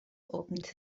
opened